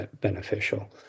beneficial